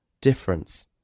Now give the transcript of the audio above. Difference